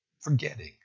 forgetting